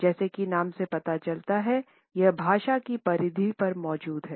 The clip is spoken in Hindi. जैसा कि नाम से पता चलता है यह भाषा की परिधि पर मौजूद है